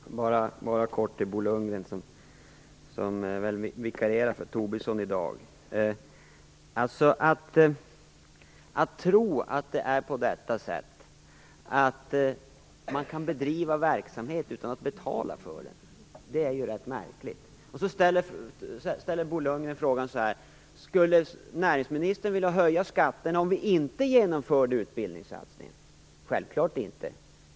Fru talman! Helt kort till Bo Lundgren, som tydligen vikarierar för Tobisson i dag. Att tro att man kan bedriva verksamhet utan att betala för den är rätt märkligt. Låt oss säga att Bo Lundgren ställer frågan så här: Skulle näringsministern vilja höja skatten om vi inte genomförde utbildningssatsning? Självklart inte!